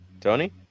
Tony